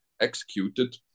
executed